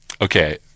Okay